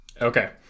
Okay